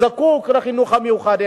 זקוק לחינוך המיוחד.